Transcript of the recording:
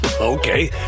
okay